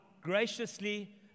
graciously